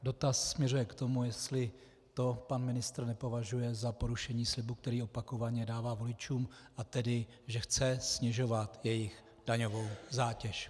Dotaz směřuje k tomu, jestli to pan ministr nepovažuje za porušení slibu, který opakovaně dává voličům, a tedy že chce snižovat jejich daňovou zátěž.